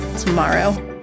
tomorrow